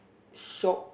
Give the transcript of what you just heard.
shop